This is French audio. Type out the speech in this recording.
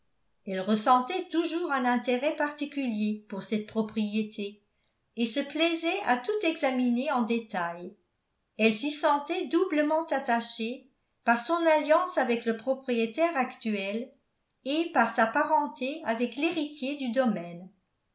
elle ressentait toujours un intérêt particulier pour cette propriété et se plaisait à tout examiner en détails elle s'y sentait doublement attachée par son alliance avec le propriétaire actuel et par sa parenté avec l'héritier du domaine